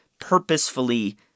purposefully